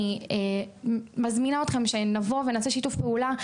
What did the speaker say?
אני מזמינה אתכם שנבוא ונעשה שיתוף פעולה.